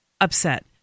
upset